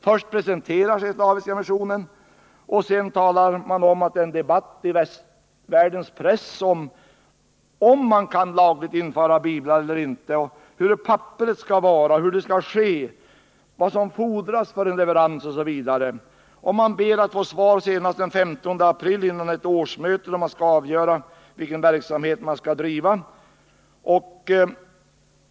Först presenterar sig Slaviska Missionen, och sedan berättar man om den debatt som förekommer i västvärldens press om hur man lagligt kan införa biblar till Sovjetunionen, hur papperet skall vara, hur detta skall ske, vad som fordras för en leverans osv. Man ber rådet att få svar senast den 15 april, före ett årsmöte där man skall avgöra vilken verksamhet man skall bedriva.